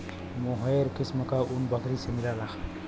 मोहेर किस्म क ऊन बकरी से मिलला